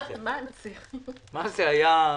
אמרנו,